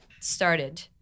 started